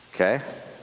Okay